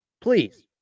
Please